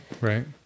Right